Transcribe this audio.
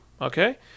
okay